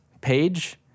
page